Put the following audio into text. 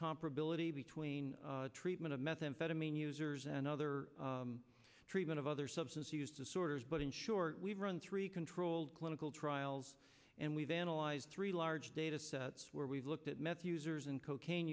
comparability between treatment of methamphetamine users and other treatment of other substance use disorders but in short we've run three controlled clinical trials and we've analyzed three large datasets where we've looked at meth users and cocaine